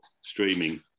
streaming